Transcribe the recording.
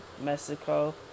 Mexico